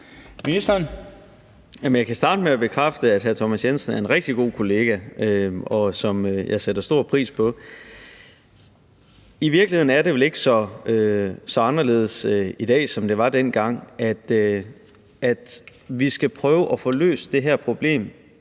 Jeg kan starte med at bekræfte, at hr. Thomas Jensen er en rigtig god kollega, som jeg sætter stor pris på. I virkeligheden er det vel ikke så anderledes i dag, end det var dengang. Vi skal prøve at få løst det her problem,